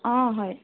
অ হয়